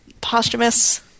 posthumous